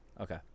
Okay